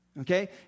okay